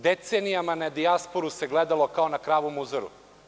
Decenijama na dijasporu se gledalo kao na kravu muzaru.